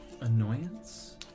annoyance